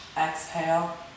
Exhale